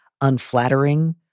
unflattering